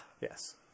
yes